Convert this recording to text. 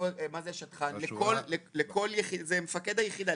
זה מפקד היחידה.